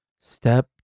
Step